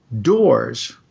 Doors